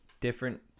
different